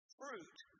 fruit